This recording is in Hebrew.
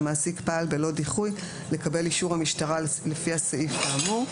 והמעסיק פעל בלא דיחוי לקבל אישור המשטרה לפי הסעיף האמור.